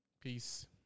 Peace